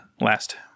last